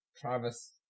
Travis